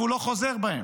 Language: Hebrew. והוא לא חוזר בו מהם.